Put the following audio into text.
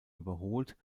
überholt